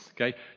Okay